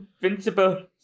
invincible